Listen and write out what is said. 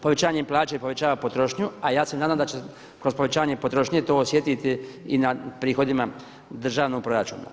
Povećanjem plaće povećava potrošnju, a ja se nadam da će kroz povećanje potrošnje to osjetiti i na prihodima državnog proračuna.